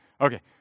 Okay